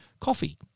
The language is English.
coffee